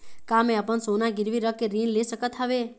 का मैं अपन सोना गिरवी रख के ऋण ले सकत हावे?